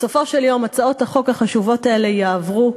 בסופו של יום הצעות החוק החשובות האלה יעברו,